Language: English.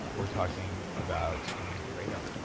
ah we're talking about even kratom,